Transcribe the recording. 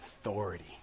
authority